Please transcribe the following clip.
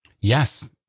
Yes